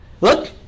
Look